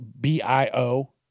B-I-O